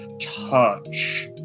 touch